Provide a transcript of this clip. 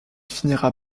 finira